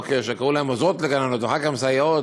כשקראו להן עוזרות לגננות ואחר כך סייעות,